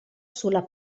sulla